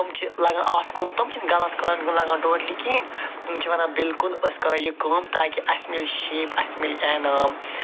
تِم چھِ لَگان آتھ کُن تِم چھِنہٕ غلط کامہِ کُن لَگان ٹوٹلی کِہیٖنۍ تِم چھِ وَنان بلکُل أسۍ کَرو یہِ کٲم تاکہِ اَسہِ مِلہِ شیپ اَسہِ مِلہِ اعنام